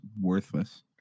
worthless